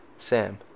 Sam